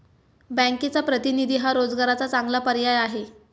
बँकचा प्रतिनिधी हा रोजगाराचा चांगला पर्याय आहे